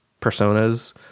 personas